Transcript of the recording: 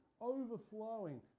overflowing